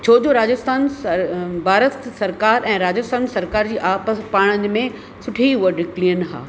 छोजो राजस्थान सर भारत सरकार ऐं राजस्थान सरकार जी आपसि पाण में सुठी उहा डिक्लीन हा